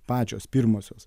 pačios pirmosios